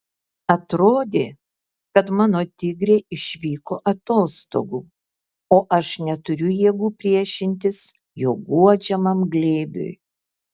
atrodė kad mano tigrė išvyko atostogų o aš neturiu jėgų priešintis jo guodžiamam glėbiui